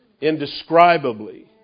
indescribably